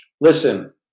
Listen